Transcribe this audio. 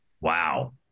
Wow